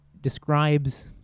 describes